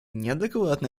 неадекватно